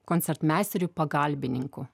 koncertmeisteriui pagalbininkų